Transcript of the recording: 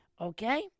Okay